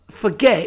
forget